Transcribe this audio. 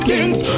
Kings